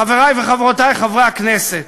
חברי וחברותי, חברי הכנסת,